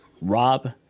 Rob